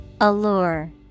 Allure